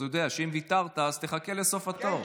הוא יודע שאם ויתרת, תחכה לסוף התור.